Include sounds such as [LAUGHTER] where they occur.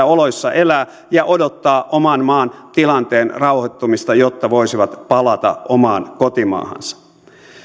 [UNINTELLIGIBLE] oloissa elää ja odottaa oman maan tilanteen rauhoittumista jotta voisivat palata omaan kotimaahansa